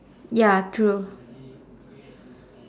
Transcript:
ya true